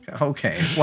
Okay